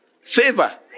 Favor